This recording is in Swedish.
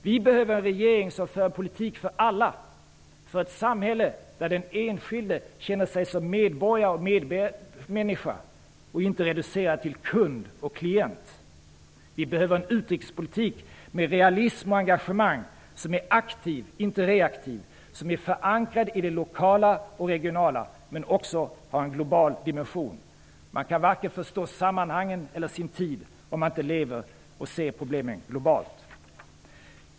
Vi behöver en regering som för en politik för alla, för ett samhälle där den enskilde känner sig som medborgare och medmänniska och inte som reducerad till kund och klient. Vi behöver en utrikespolitik med realism och engagemang som är aktiv, inte reaktiv, som är förankrad i det lokala och regionala men också har en global dimension. Man kan inte förstå vare sig sammanhangen eller sin tid om man inte ser problemen globalt.